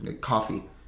Coffee